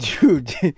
Dude